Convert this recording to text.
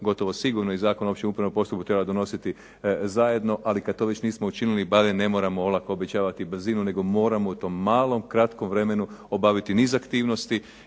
gotovo sigurno Zakon o opće upravnom postupku treba donositi zajedno, ali kada već to nismo učini barem ne moramo olako obećavati brzinu, nego moramo u tom malom kratkom vremenu obaviti niz aktivnosti